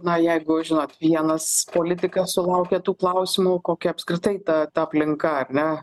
na jeigu žinot vienas politikas sulaukė tų klausimų kokia apskritai ta ta aplinka ar ne